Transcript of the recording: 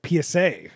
PSA